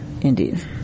Indeed